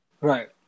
Right